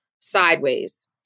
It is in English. sideways